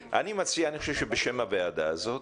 בשם הוועדה הזאת,